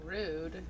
Rude